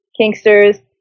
kinksters